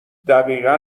دقیقا